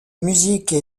musique